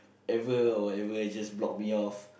ever or even just block me off